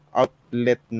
outlet